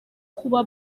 kuba